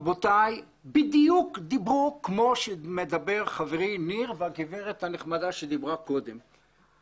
ואז בדיוק דיברו כמו שמדבר חברי ניר והגברת הנחמדה שדיברה קודם לכן.